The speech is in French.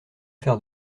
faire